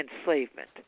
enslavement